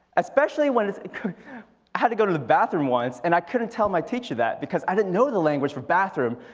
especially when it's, i had to go to the bathroom once and i couldn't tell my teacher that. because i didn't know the language for bathroom.